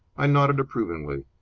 i nodded approvingly.